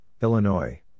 Illinois